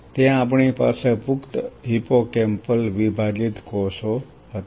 ત્યાં આપણી પાસે પુખ્ત હિપ્પોકેમ્પલ વિભાજીત કોષો હતા